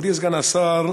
מכובדי סגן השר,